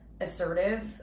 assertive